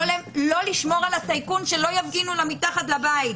לא לשמור על הטייקון שלא יפגינו לו מתחת לבית.